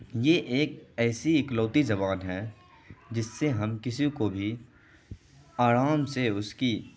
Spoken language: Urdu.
یہ ایک ایسی اکلوتی زبان ہے جس سے ہم کسی کو بھی آرام سے اس کی